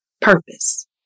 purpose